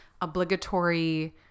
obligatory